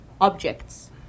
objects